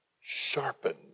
sharpened